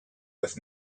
with